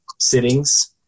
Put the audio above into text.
Sittings